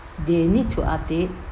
they need to update